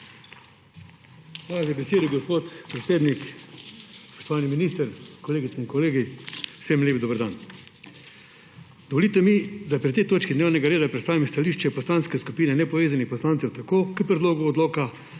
Hvala za besedo, gospod predsednik. Spoštovani minister, kolegice in kolegi, vsem lep dober dan! Dovolite mi, da pri tej točki dnevnega reda predstavim stališče Poslanske skupine nepovezanih poslancev tako o Predlogu odloka